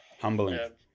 Humbling